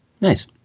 nice